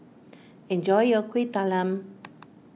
enjoy your Kueh Talam